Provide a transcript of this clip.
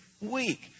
week